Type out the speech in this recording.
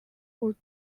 would